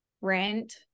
rent